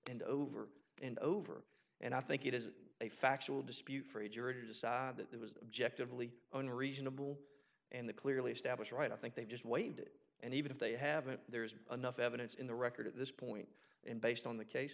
and over and over and i think it is a factual dispute for a jury to decide that it was objecting really only reasonable and the clearly established right i think they just waved it and even if they haven't there's enough evidence in the record at this point and based on the case